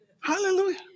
Hallelujah